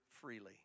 freely